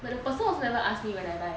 but the person also never ask me when I buy